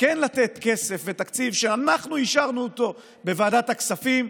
כן לתת כסף ותקציב שאנחנו אישרנו אותו בוועדת הכספים.